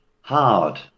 Hard